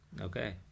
Okay